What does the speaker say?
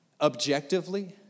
objectively